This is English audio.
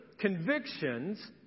convictions